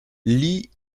lee